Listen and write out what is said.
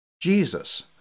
Jesus